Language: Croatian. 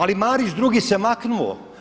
Ali Marić drugi se maknuo.